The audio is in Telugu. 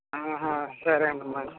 ఆహా సరే అండి మరి